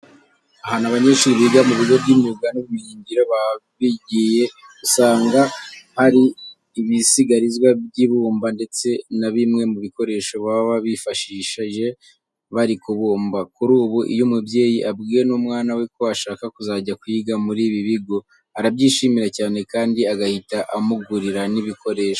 Ahantu abanyeshuri biga mu bigo by'imyuga n'ubumenyingiro baba bigiye, usanga haba hari ibisigarizwa by'ibumba ndetse na bimwe mu bikoresho baba bifashishije bari kubumba. Kuri ubu iyo umubyeyi abwiwe n'umwana we ko ashaka kuzajya kwiga muri ibi bigo, arabyishimira cyane kandi agahita amugurira n'ibikoresho.